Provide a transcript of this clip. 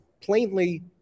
plainly